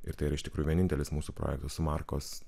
ir tai yra iš tikrųjų vienintelis mūsų projektas su markos